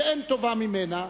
שאין טובה ממנה,